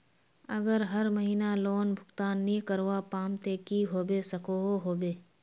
अगर हर महीना लोन भुगतान नी करवा पाम ते की होबे सकोहो होबे?